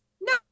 No